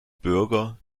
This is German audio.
bürger